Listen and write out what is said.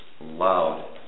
loud